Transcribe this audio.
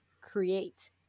create